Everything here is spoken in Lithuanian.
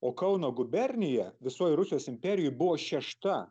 o kauno gubernija visoj rusijos imperijoj buvo šešta